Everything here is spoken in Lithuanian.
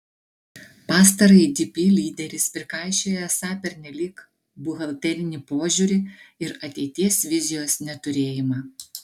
pastarajai dp lyderis prikaišiojo esą pernelyg buhalterinį požiūrį ir ateities vizijos neturėjimą